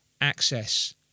access